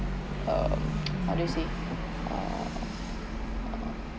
um how do you say um